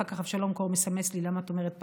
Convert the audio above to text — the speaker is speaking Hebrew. אחר כך אבשלום קור מסמס לי: למה את אומרת פיילוט,